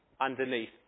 underneath